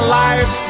life